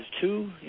two